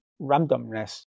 randomness